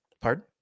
Pardon